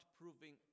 proving